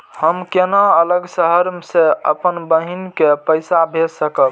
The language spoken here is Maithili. हम केना अलग शहर से अपन बहिन के पैसा भेज सकब?